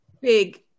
Big